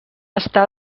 estar